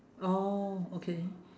oh okay